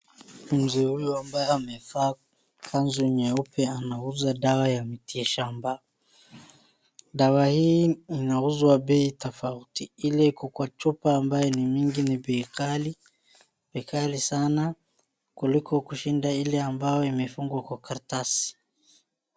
Mzee huyu ambaye amevaa kanzu nyeupe anauza dawa ya miti shamba. Dawa hii inauzwa bei tofauti, ile iko kwa chupa ambayo ni mingi nibei ghali, ni ghali sana kuliko kushinda ile ambayo imefungwa kwa karatasi.